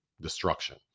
destruction